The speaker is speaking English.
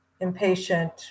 impatient